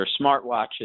smartwatches